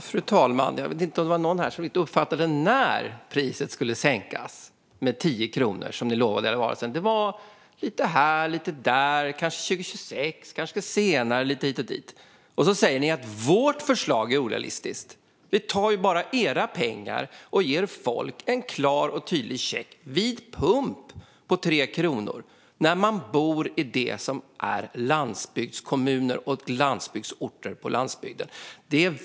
Fru talman! Jag vet inte om det var någon här som riktigt uppfattade när priset skulle sänkas med 10 kronor, som Oscar Sjöstedt lovade i valrörelsen. Det var lite här, lite där, kanske 2026, kanske senare, lite hit och dit. Så säger ni att vårt förslag är orealistiskt. Vi tar bara era pengar och ger folk en klar och tydlig check vid pump på 3 kronor, när man bor i det som är landsbygdskommuner och orter på landsbygden.